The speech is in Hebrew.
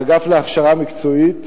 האגף להכשרה מקצועית,